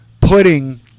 putting